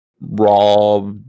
raw